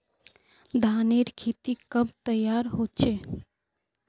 धानेर खेती कब तैयार होचे?